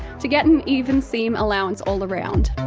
to get an even seam allowance all around.